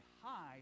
high